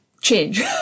change